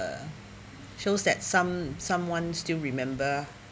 err shows that some someone still remember